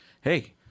hey